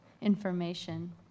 information